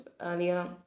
earlier